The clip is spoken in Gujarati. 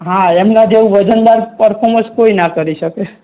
હા એમના જેવું વજનદાર પરફોર્મન્સ કોઈ ના કરી શકે